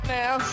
now